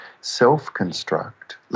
self-construct